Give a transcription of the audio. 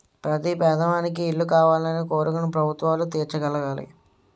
ప్రతి పేదవానికి ఇల్లు కావాలనే కోరికను ప్రభుత్వాలు తీర్చగలగాలి